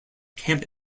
camp